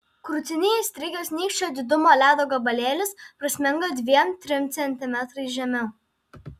krūtinėje įstrigęs nykščio didumo ledo gabalėlis prasmenga dviem trim centimetrais žemiau